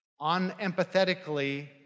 unempathetically